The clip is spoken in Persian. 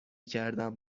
کردم